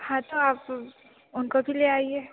हाँ तो आप उनको भी ले आइए